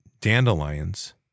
dandelions